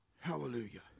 Hallelujah